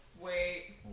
Wait